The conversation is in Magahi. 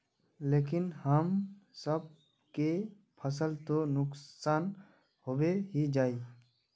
लेकिन हम सब के फ़सल तो नुकसान होबे ही जाय?